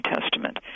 Testament